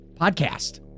podcast